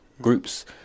groups